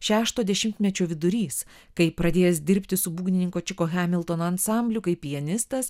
šešto dešimtmečio vidurys kai pradėjęs dirbti su būgnininku čiko hamiltono ansambliu kaip pianistas